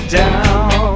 down